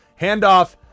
Handoff